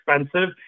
expensive